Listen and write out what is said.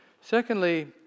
Secondly